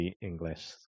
English